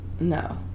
No